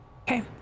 Okay